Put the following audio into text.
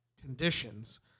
conditions